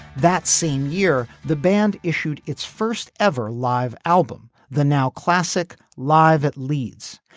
that same year the band issued its first ever live album the now classic live at leeds.